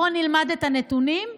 בואו נלמד את הנתונים,